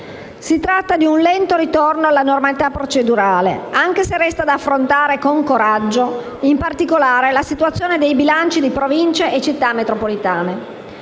Si tratta di un lento ritorno alla normalità procedurale, anche se resta da affrontare con coraggio in particolare la situazione dei bilanci di Province e Città metropolitane.